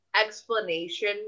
explanation